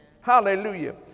Hallelujah